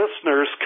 listeners